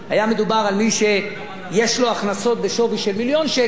היה מדובר על מי שיש לו הכנסות בשווי של מיליון שקלים.